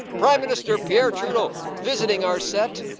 prime minister pierre trudeau visiting our set.